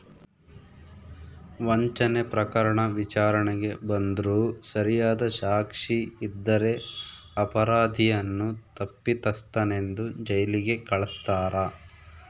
ವಂಚನೆ ಪ್ರಕರಣ ವಿಚಾರಣೆಗೆ ಬಂದ್ರೂ ಸರಿಯಾದ ಸಾಕ್ಷಿ ಇದ್ದರೆ ಅಪರಾಧಿಯನ್ನು ತಪ್ಪಿತಸ್ಥನೆಂದು ಜೈಲಿಗೆ ಕಳಸ್ತಾರ